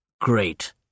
great